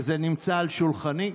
וזה נמצא על שולחני,